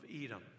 Edom